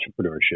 entrepreneurship